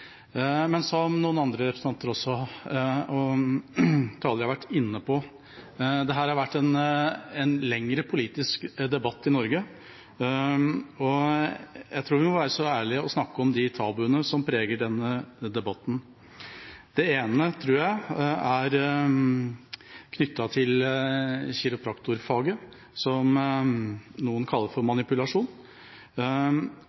Men som andre talere også har vært inne på, har dette vært en lengre politisk debatt i Norge. Jeg tror vi må være så ærlige å snakke om de tabuene som preger denne debatten. Det ene, tror jeg, er knyttet til kiropraktorfaget, som noen kaller for manipulasjon.